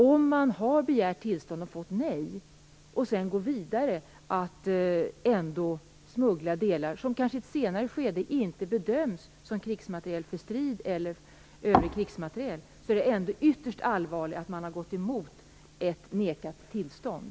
Om man har begärt tillstånd och fått nej men sedan ändå går vidare med att smuggla delar, som kanske i ett senare skede inte bedöms som krigsmateriel för strid eller övrig krigsmateriel, är det ytterst allvarligt att man har gått emot ett nekat tillstånd.